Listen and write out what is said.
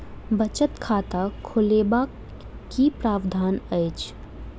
बचत खाता खोलेबाक की प्रावधान अछि?